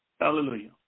Hallelujah